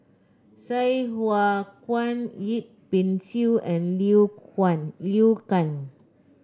Sai Hua Kuan Yip Pin Xiu and Liu Huan Liu Kang